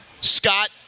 Scott